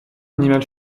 animal